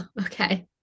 okay